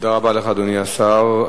תודה לאדוני השר.